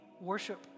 worship